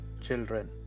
children